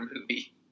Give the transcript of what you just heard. movie